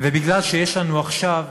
ובגלל שיש לנו עכשיו,